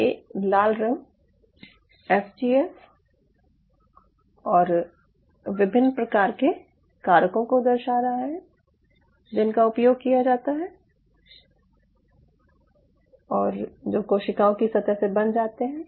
यह लाल रंग एफजीएफ और विभिन्न प्रकार के कारकों को दर्शा रहा है जिनका उपयोग किया जाता है और जो कोशिकाओं की सतह से बंध जाते हैं